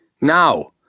Now